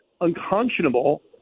unconscionable